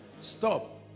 Stop